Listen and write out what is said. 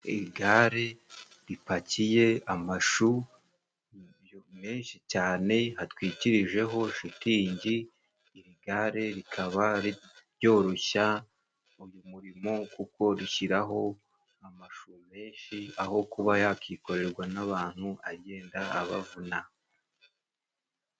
Igare ripakiye amashu menshi cyane, hatwikirijeho shitingi. Iri gare rikaba ryoroshya uyu murimo, kuko rishyiraho amashu menshi, aho kuba yakikorerwa n'abantu, agenda abavuna.